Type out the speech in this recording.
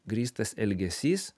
grįstas elgesys